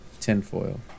tinfoil